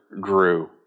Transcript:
grew